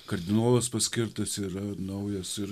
kardinolas paskirtas yra naujas ir